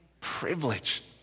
privilege